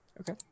Okay